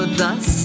thus